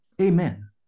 Amen